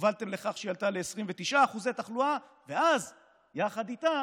הובלתם לכן שהיא עלתה ל-29% תחלואה, ואז יחד איתה